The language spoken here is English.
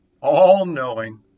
all-knowing